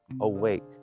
awake